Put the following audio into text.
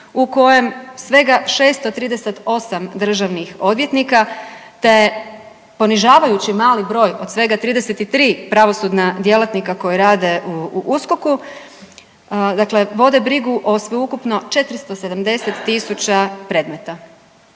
u kojem svega 638 državnih odvjetnika, te ponižavajuće mali broj od svega 33 pravosudna djelatnika koji rade u USKOK-u, dakle vode brigu o sveukupno 470 000 predmeta.